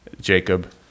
Jacob